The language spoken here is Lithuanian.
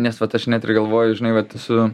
nes vat aš net ir galvoju žinai vat su